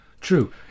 True